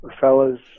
fellas